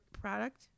product